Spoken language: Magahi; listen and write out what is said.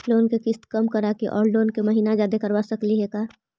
लोन के किस्त कम कराके औ लोन के महिना जादे करबा सकली हे का?